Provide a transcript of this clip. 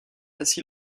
ainsi